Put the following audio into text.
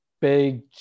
big